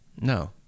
No